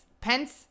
pence